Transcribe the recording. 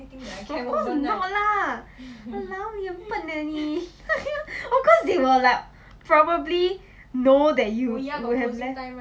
of course not lah !walao! eh 很笨 leh 你 of course they will like probably know that you would have left